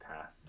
path